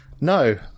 no